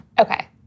Okay